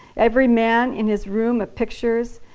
every man in his room of pictures?